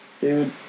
Dude